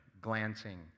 glancing